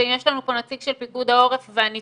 ויש לנו פה נציג של פיקוד העורף ואם